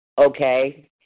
okay